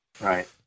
right